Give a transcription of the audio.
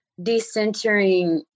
decentering